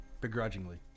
begrudgingly